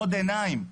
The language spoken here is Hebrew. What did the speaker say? עוד עיניים.